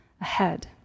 ahead